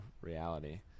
reality